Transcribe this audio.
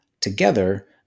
together